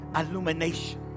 illumination